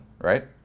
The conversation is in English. right